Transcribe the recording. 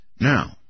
Now